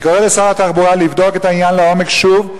אני קורא לשר התחבורה לבדוק את העניין לעומק שוב.